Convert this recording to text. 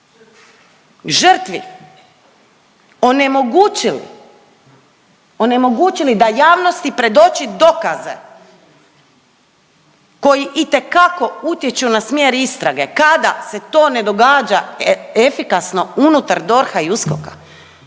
onemogućili da javnosti predoči dokaze koji itekako utječu na smjer istrage kada se to ne događa efikasno unutar DORH-a i USKOK-a,